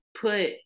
put